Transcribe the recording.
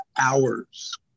hours